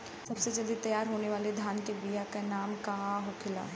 सबसे जल्दी तैयार होने वाला धान के बिया का का नाम होखेला?